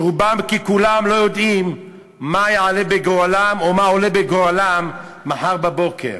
שרובם ככולם לא יודעים מה יעלה בגורלם או מה עולה בגורלם מחר בבוקר.